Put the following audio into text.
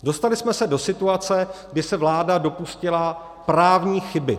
Dostali jsme se do situace, kdy se vláda dopustila právní chyby.